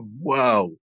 Wow